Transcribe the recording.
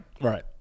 Right